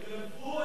גנבו את הגבול,